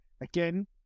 again